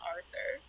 Arthur